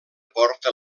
porta